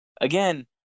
Again